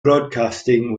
broadcasting